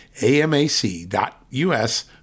amac.us